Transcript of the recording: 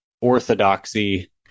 Orthodoxy